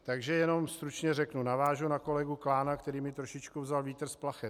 Takže jenom stručně řeknu, navážu na kolegu Klána, který mi trošičku vzal vítr z plachet.